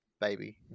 baby